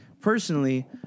Personally